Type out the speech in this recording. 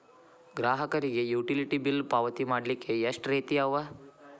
ಗ್ರಾಹಕರಿಗೆ utility bill ಪಾವತಿ ಮಾಡ್ಲಿಕ್ಕೆ ಎಷ್ಟ ರೇತಿ ಅವ?